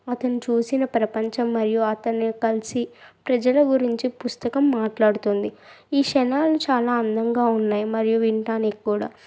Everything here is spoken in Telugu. అతను చూసిన ప్రపంచం మరియు అతని కలిసి ప్రజల గురించి పుస్తకం మాట్లాడుతుంది ఈ క్షణాలు చాలా అందంగా ఉన్నాయి మరియు వినటానికి కూడా